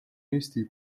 eesti